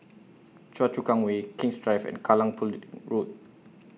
Choa Chu Kang Way King's Drive and Kallang Pudding Road